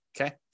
okay